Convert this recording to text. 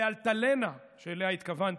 לאלטלנה, שאליה התכוונתי,